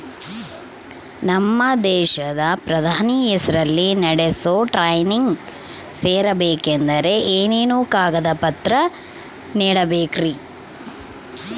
ನಮ್ಮ ದೇಶದ ಪ್ರಧಾನಿ ಹೆಸರಲ್ಲಿ ನಡೆಸೋ ಟ್ರೈನಿಂಗ್ ಸೇರಬೇಕಂದರೆ ಏನೇನು ಕಾಗದ ಪತ್ರ ನೇಡಬೇಕ್ರಿ?